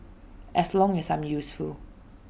as long as I'm useful